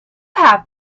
have